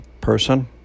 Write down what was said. person